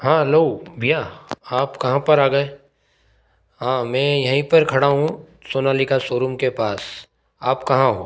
हाँ हलो भैया आप कहाँ पर आ गए हाँ मैं यहीं पर खड़ा हूँ सोनालिका सोरूम के पास आप कहाँ हो